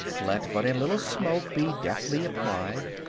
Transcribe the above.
let but a little smoke be deftly applied,